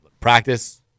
Practice